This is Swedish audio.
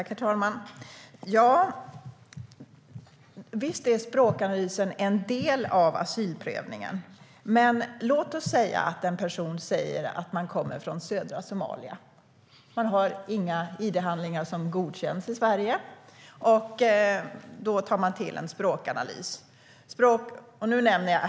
Herr talman! Visst är språkanalysen en del av asylprövningen. Om en person säger att han eller hon kommer från södra Somalia, och det inte finns några id-handlingar som är godkända i Sverige, då tar Migrationsverket till en språkanalys.